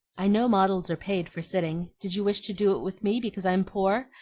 i know models are paid for sitting did you wish to do it with me because i'm poor?